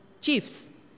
chiefs